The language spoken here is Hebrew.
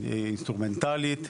אינסטרומנטלית,